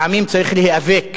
לפעמים צריך להיאבק